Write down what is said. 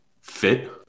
fit